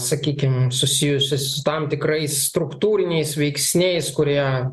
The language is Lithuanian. sakykim susijusi su tam tikrais struktūriniais veiksniais kurie